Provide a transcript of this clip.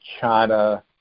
China